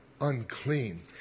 unclean